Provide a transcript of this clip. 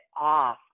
off